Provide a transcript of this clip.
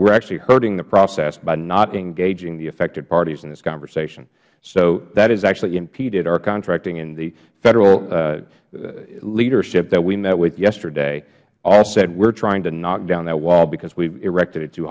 are actually hurting the process by not engaging the affected parties in this conversation so that has actually impeded our contracting and the federal leadership that we met with yesterday all said we are trying to knock down that wall because we have erected it too